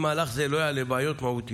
אם מהלך זה לא יעלה בעיות מהותיות,